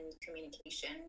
communication